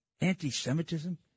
Anti-Semitism